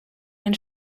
ein